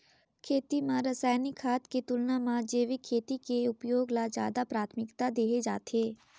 खेती म रसायनिक खाद के तुलना म जैविक खेती के उपयोग ल ज्यादा प्राथमिकता देहे जाथे